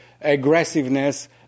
aggressiveness